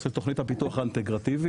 בנושא תוכנית הפיתוח האינטגרטיבית,